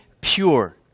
pure